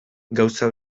gauza